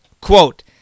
quote